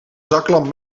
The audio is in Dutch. zaklamp